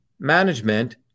Management